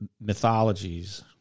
mythologies